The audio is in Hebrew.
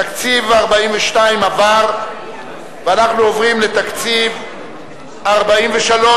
תקציב 42 עבר ואנחנו עוברים לתקציב 43,